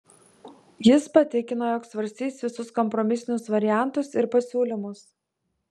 jis patikino jog svarstys visus kompromisinius variantus ir pasiūlymus